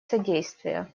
содействие